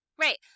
Right